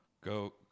go